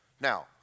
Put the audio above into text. Now